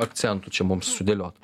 akcentų čia mums sudėliot